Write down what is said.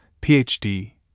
Ph.D